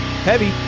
heavy